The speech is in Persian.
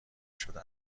شده